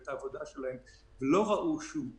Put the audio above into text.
את העבודה שלהם ולא ראו שום אופק,